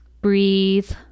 breathe